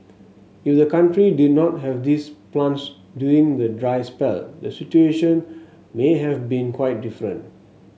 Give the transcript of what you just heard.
if the country did not have these plants during the dry spell the situation may have been quite different